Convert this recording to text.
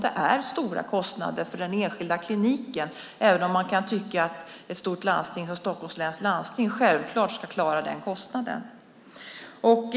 Det är stora kostnader för den enskilda kliniken, även om man kan tycka att ett stort landsting som Stockholms läns landsting självklart ska klara den kostnaden.